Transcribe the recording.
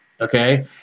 okay